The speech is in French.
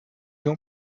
ans